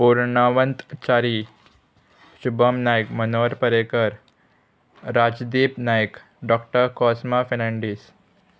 Purnanand Chari Shubham Naik Manohar Parrikar Rajdeep Naik doctor Cosma Fernandes